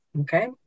Okay